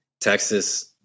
Texas